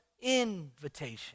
invitation